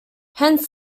hence